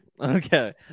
Okay